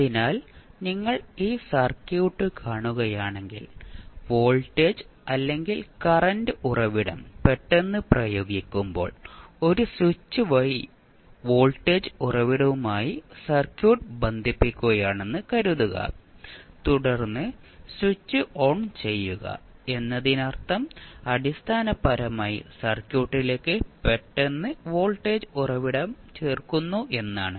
അതിനാൽ നിങ്ങൾ ഈ സർക്യൂട്ട് കാണുകയാണെങ്കിൽ വോൾട്ടേജ് അല്ലെങ്കിൽ കറന്റ് ഉറവിടം പെട്ടെന്ന് പ്രയോഗിക്കുമ്പോൾ ഒരു സ്വിച്ച് വഴി വോൾട്ടേജ് ഉറവിടവുമായി സർക്യൂട്ട് ബന്ധിപ്പിക്കുകയാണെന്ന് കരുതുക തുടർന്ന് സ്വിച്ച് ഓൺ ചെയ്യുക എന്നതിനർത്ഥം അടിസ്ഥാനപരമായി സർക്യൂട്ടിലേക്ക് പെട്ടെന്ന് വോൾട്ടേജ് ഉറവിടം ചേർക്കുന്നു എന്നാണ്